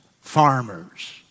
farmers